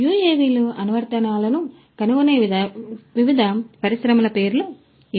యుఎవిలు అనువర్తనాలను కనుగొనే వివిధ పరిశ్రమల పేర్లు ఇవి